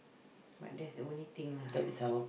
but that's the only thing lah